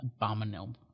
Abominable